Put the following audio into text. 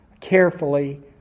carefully